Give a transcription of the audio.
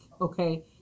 Okay